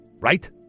right